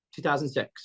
2006